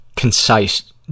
Concise